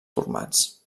formats